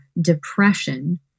depression